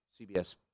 CBS